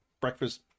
breakfast